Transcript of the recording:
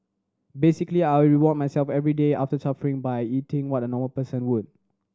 basically I reward myself every day after suffering by eating what a normal person would